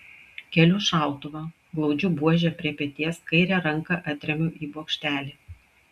keliu šautuvą glaudžiu buožę prie peties kairę ranką atremiu į bokštelį